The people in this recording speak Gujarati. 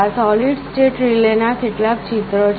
આ સૉલિડ સ્ટેટ રિલે ના કેટલાક ચિત્રો છે